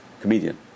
comedian